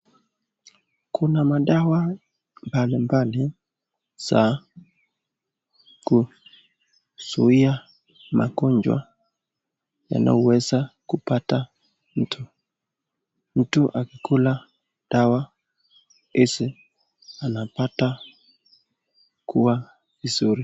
Kuna madawa mbali mbali za kuzuia magonjwa yanayoweza kupata mtu. Mtu akikula dawa hizi, anapata kuwa vizuri.